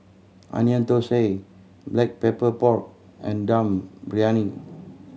Onion Thosai Black Pepper Pork and Dum Briyani